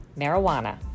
marijuana